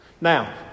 Now